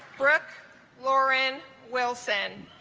brooke lauren wilson